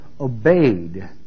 obeyed